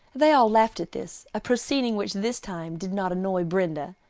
they all laughed at this, a proceeding which this time did not annoy brenda.